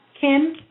Kim